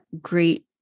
great